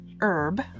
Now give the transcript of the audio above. herb